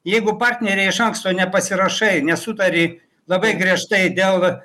jeigu partneriai iš anksto nepasirašai nesutari labai griežtai dėl va